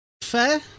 Fair